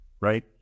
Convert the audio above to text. right